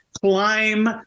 climb